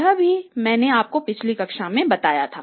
यह भी मैंने आपको पिछली कक्षा में बताया था